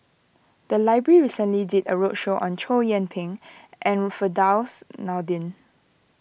the library recently did a roadshow on Chow Yian Ping and Firdaus Nordin